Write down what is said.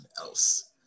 else